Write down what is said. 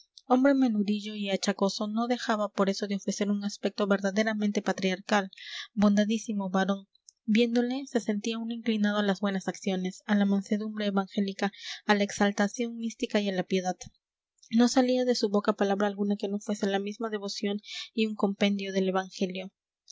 hombre menudillo y achacoso no dejaba por eso de ofrecer un aspecto verdaderamente patriarcal bondadísimo varón viéndole se sentía uno inclinado a las buenas acciones a la mansedumbre evangélica a la exaltación mística y a la piedad no salía de su boca palabra alguna que no fuese la misma devoción y un compendio del evangelio